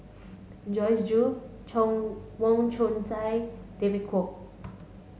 Joyce Jue Chong Wong Chong Sai David Kwo